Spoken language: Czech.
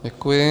Děkuji.